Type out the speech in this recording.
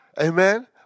Amen